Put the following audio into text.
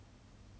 orh